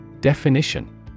Definition